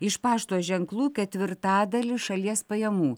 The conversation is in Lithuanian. iš pašto ženklų ketvirtadalį šalies pajamų